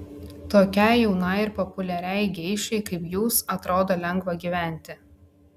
tokiai jaunai ir populiariai geišai kaip jūs atrodo lengva gyventi